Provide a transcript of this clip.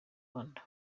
rwanda